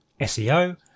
SEO